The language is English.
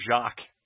Jacques